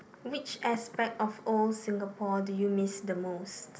which aspect of old Singapore do you miss the most